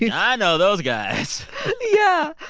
yeah i know those guys yeah,